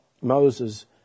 moses